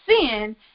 sin